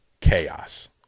chaos